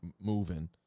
moving